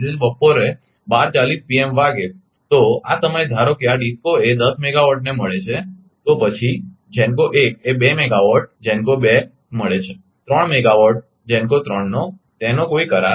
તેથી બપોરે 1240 pm વાગ્યે તો આ સમયે ધારો કે આ DISCO એ 10 મેગાવાટને મળે છે તો પછી GENCO 1 એ 2 મેગાવાટ GENCO 2 મળે છે 3 મેગાવાટ GENCO 3 નો તેનો કોઈ કરાર નથી